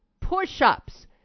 push-ups